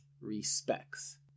Respects